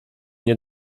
nie